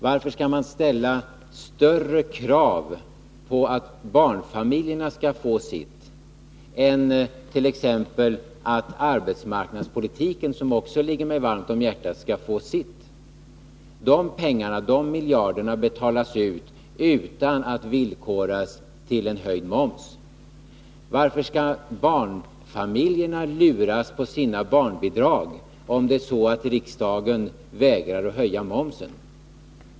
Varför skall man ställa större krav på att barnfamiljerna skall få sitt än t.ex. på att arbetsmarknadspolitiken, som också ligger mig varmt om hjärtat, skall få sitt? De miljarderna betalas ut, utan att villkoras till en höjning av momsen. Varför skall barnfamiljerna luras på sina barnbidrag, om det är så att riksdagen vägrar att höja momsen?